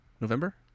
November